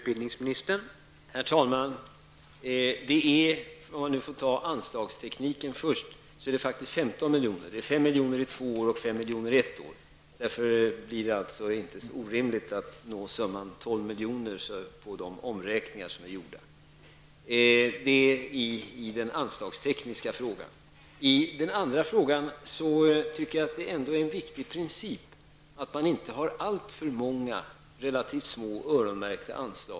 Herr talman! För att börja med att tala om anslagstekniken så är det faktiskt 15 miljoner; 5 miljoner under två år och 5 miljoner ett år. På så sätt är det inte orimligt att nå summan 12 miljoner med de omräkningar som har gjorts. När det gäller den andra frågan tycker jag att det är en viktig princip att man inte har alltför många relativt små öronmärkta anslag.